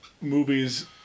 movies